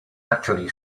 actually